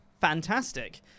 Fantastic